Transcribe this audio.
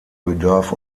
bedarf